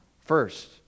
first